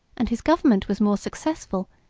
and his government was more successful,